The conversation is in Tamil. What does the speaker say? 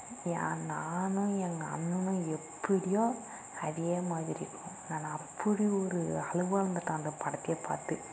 என் நானும் எங்க அண்ணனும் எப்படியோ அதையே மாதிரி நான் அப்படி ஒரு அழுவாங்கத்தான் அந்தப் படத்தப் பார்த்து